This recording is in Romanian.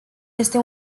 este